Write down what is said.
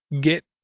get